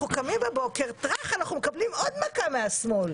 קמים בבוקר ומקבלים עוד מכה מהשמאל.